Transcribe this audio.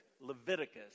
Leviticus